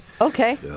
Okay